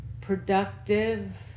productive